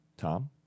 Tom